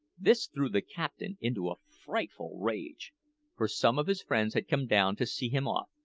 this threw the captain into a frightful rage for some of his friends had come down to see him off,